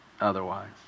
otherwise